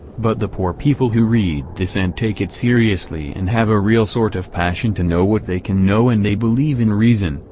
but the poor people who read this and take it seriously and have a real sort of passion to know what they can know and they believe in reason,